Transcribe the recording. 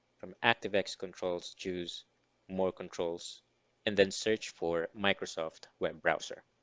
from activex controls choose more controls and then search for microsoft web browser.